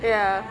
ya